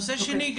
נושא שני,